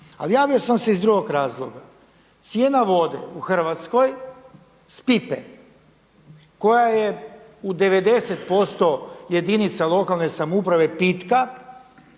Ali javio sam se iz drugog razloga, cijena vode u Hrvatskoj iz pipe koja je u 90% jedinica lokalne samouprave pitka